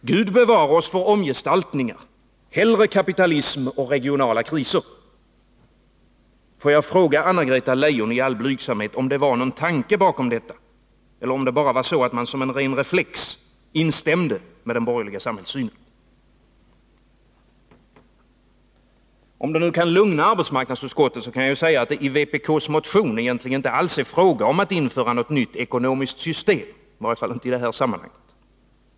Gud bevare oss för omgestaltningar, hellre kapitalism och regionala kriser! Får jag fråga Anna-Greta Leijon i all blygsamhet om det var en tanke bakom detta eller man bara som en ren reflex instämde med den borgerliga samhällssynen? Om det nu kan lugna arbetsmarknadsutskottet kan jag säga att det i vpk:s motion egentligen inte alls är fråga om att införa något nytt ekonomiskt system.